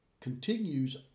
continues